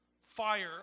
Fire